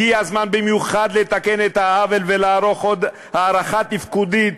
הגיע הזמן במיוחד לתקן את העוול ולערוך עוד הערכה תפקודית